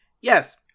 Yes